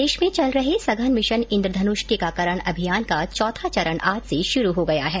प्रदेश में चल रहे सघन मिशन इन्द्रधनुष टीकाकरण अभियान का चौथा चरण आज से शुरू हो गया है